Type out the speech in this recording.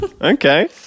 Okay